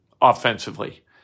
offensively